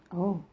oh